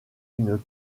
une